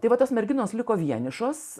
tai va tas merginos liko vienišos